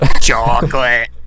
Chocolate